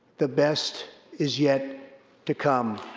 the best is yet to come.